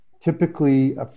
typically